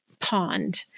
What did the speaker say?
pond